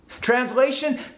Translation